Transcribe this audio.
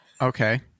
Okay